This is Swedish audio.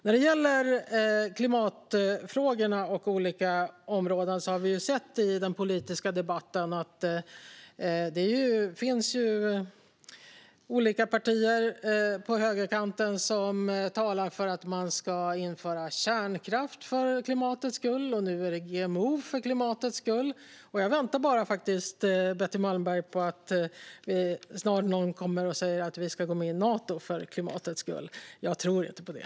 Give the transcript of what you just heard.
När det gäller klimatfrågorna och olika områden har vi hört i den politiska debatten att det finns olika partier på högerkanten som talar för att man ska införa kärnkraft för klimatets skull. Nu är det GMO för klimatets skull. Jag väntar bara, Betty Malmberg, på att någon snart kommer och säger att vi ska gå med i Nato för klimatets skull. Jag tror inte på det.